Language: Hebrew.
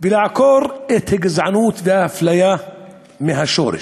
ולעקור את הגזענות והאפליה מהשורש.